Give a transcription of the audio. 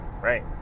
right